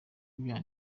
ibyaha